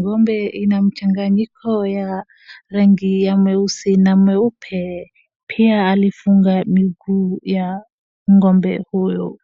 Ng'ombe inamchanganyiko ya rangi ya meusi na meupe. Pia alifunga miguu ya ng'ombe huyu.